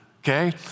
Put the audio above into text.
Okay